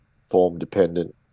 form-dependent